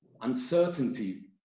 uncertainty